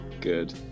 good